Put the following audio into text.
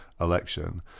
election